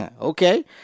Okay